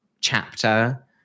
chapter